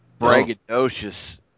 braggadocious